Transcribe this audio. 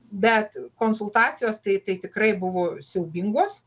bet konsultacijos tai tai tikrai buvo siaubingos